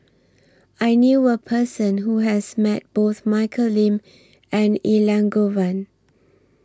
I knew A Person Who has Met Both Michelle Lim and Elangovan